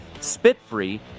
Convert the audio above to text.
spit-free